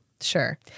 Sure